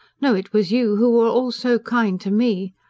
no, it was you who were all so kind to me.